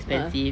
a'ah